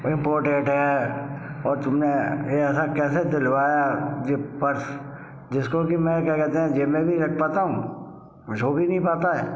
imported है और तुमने भई ऐसा कैसे दिलवाया ये पर्स जिसको कि मैं क्या कहते हैं जेब में नहीं रख पाता हूँ कुछ हो भी नहीं पाता है